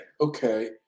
okay